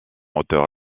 auteurs